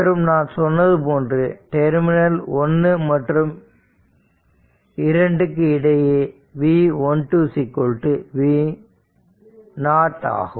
மற்றும் நான் சொன்னது போன்று டெர்மினல் 1 மற்றும் 2 இடையே v 12 v0 ஆகும்